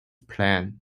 plane